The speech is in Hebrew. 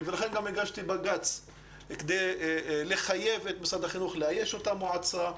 ולכן גם הגשתי בג"ץ כדי לחייב את משרד החינוך לאייש את המועצה.